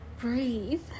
Breathe